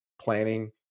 planning